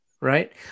right